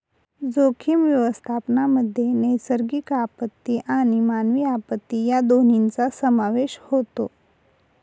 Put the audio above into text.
जोखीम व्यवस्थापनामध्ये नैसर्गिक आपत्ती आणि मानवी आपत्ती या दोन्हींचा समावेश होतो